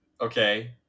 Okay